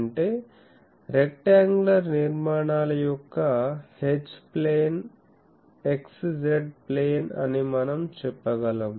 అంటే రెక్టాoగులార్ నిర్మాణాల యొక్క H plane x z plane అని మనం చెప్పగలం